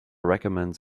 recommends